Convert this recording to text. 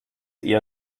eher